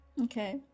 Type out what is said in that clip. okay